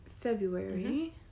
february